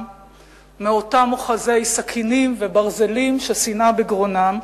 מאותם אוחזי סכינים וברזלים ששנאה בגרונם,